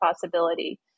possibility